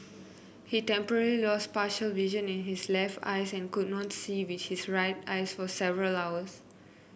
he temporarily lost partial vision in his left eye and could not see with his right eye for several hours